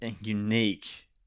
unique